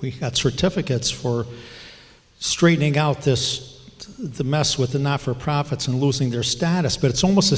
we got certificates for straightening out this the mess with the not for profits and losing their status but it's almost the